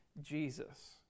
Jesus